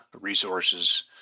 resources